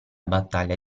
battaglia